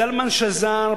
זלמן שזר,